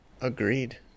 agreed